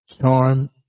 Charm